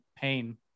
pain